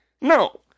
No